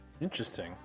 interesting